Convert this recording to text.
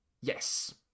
Yes